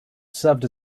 served